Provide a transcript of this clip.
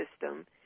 system